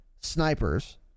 snipers